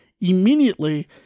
immediately